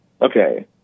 Okay